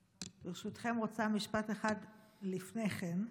ברשותכם, רוצה משפט אחד לפני כן.